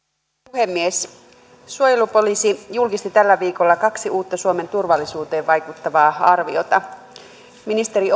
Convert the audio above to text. puhemies suojelupoliisi julkisti tällä viikolla kaksi uutta suomen turvallisuuteen vaikuttavaa arviota ministeri